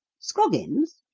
scroggins!